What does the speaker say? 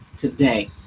today